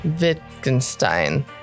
Wittgenstein